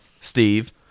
Steve